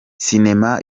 sinema